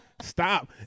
Stop